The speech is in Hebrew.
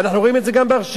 ואנחנו רואים את זה גם ברשימה.